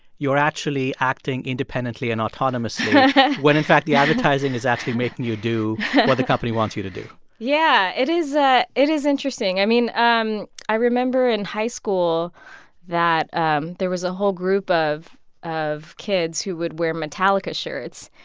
you're actually acting independently and autonomously when in fact the advertising is actually making you do what the company wants you to do yeah, it is ah it is interesting. i mean, um i remember in high school that um there was a whole group of of kids who would wear metallica shirts,